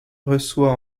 reçoit